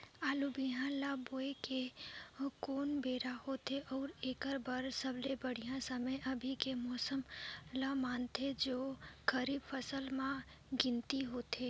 आलू बिहान ल बोये के कोन बेरा होथे अउ एकर बर सबले बढ़िया समय अभी के मौसम ल मानथें जो खरीफ फसल म गिनती होथै?